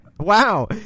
wow